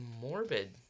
morbid